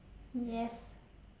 yes